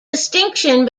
distinction